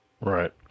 Right